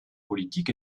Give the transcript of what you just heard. politique